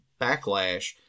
backlash